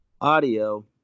audio